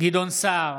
גדעון סער,